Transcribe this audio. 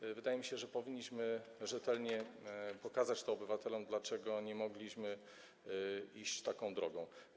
I wydaje mi się, że powinniśmy rzetelnie pokazać to obywatelom, dlaczego nie mogliśmy iść taką drogą.